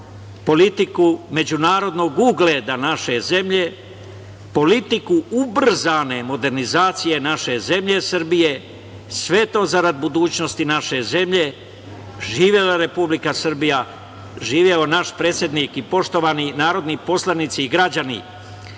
politiku međunarodnog ugleda naše zemlje, politiku ubrzane modernizacije naše zemlje Srbije, a sve to zarad budućnosti naše zemlje. Živela Republike Srbije! Živeo naš predsednik i poštovani narodni poslanici i građani,